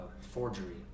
Forgery